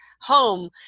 home